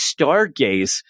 stargaze